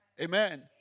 Amen